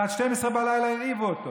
ועד 12 בלילה הרעיבו אותו,